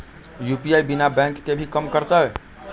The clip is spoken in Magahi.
यू.पी.आई बिना बैंक के भी कम करतै?